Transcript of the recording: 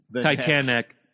Titanic